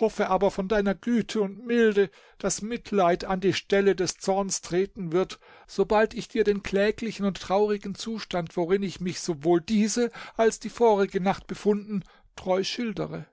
hoffe aber von deiner güte und milde daß mitleid an die stelle des zorns treten wird sobald ich dir den kläglichen und traurigen zustand worin ich mich sowohl diese als die vorige nacht befunden treu schildere